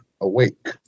Awake